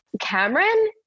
Cameron